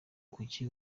kuki